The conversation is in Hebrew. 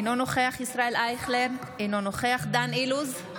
אינו נוכח ישראל אייכלר, אינו נוכח דן אילוז,